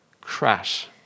crash